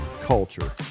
culture